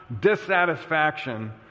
dissatisfaction